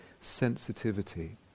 sensitivity